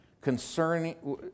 concerning